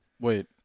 Wait